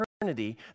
eternity